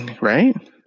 Right